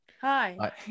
Hi